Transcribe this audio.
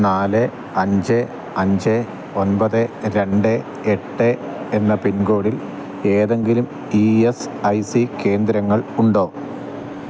നാല് അഞ്ച് അഞ്ച് ഒമ്പത് രണ്ട് എട്ട് എന്ന പിൻകോഡിൽ ഏതെങ്കിലും ഈ എസ് ഐ സീ കേന്ദ്രങ്ങൾ ഉണ്ടോ